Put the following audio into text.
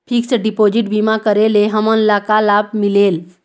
Fix deposit बीमा करे ले हमनला का लाभ मिलेल?